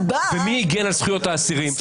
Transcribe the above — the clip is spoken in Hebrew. מי יגן על זכויות האסירים במקרה כזה?